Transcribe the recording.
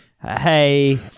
Hey